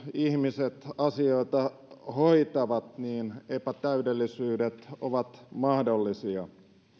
ihmiset asioita hoitavat epätäydellisyydet ovat mahdollisia